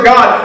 God